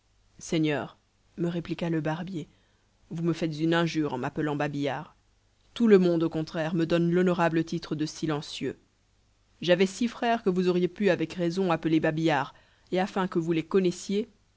seigneur me répliqua le barbier vous me faites une injure en m'appelant babillard tout le monde au contraire me donne l'honorable titre de silencieux j'avais six frères que vous auriez pu avec raison appeler babillards et afin que vous les connaissiez